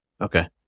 Okay